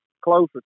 closer